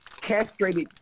castrated